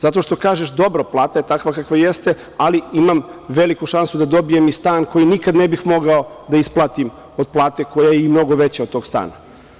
Zato što kažeš – dobra plata je takva kakva jeste, ali imam veliku šansu da dobijem i stan koji nikad ne bih mogao da isplatim od plate koja je i mnogo veća od tog stana.